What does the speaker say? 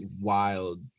wild